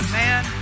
man